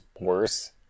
worse